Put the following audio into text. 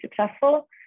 successful